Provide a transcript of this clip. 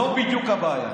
זאת בדיוק הבעיה.